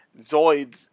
Zoids